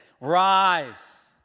Rise